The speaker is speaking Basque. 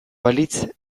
balitz